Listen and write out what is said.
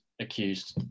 accused